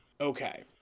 okay